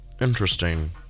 Interesting